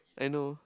I know